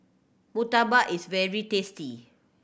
murtabak is very tasty